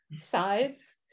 sides